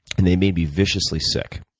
and they made me viciously sick.